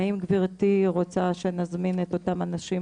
האם גברתי רוצה שנזמין את אותם אנשים